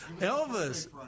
Elvis